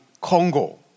Congo